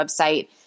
website